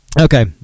okay